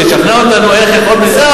שתשכנע אותנו איך יכול בן-אדם,